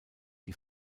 die